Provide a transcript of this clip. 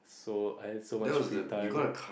so I had so much free time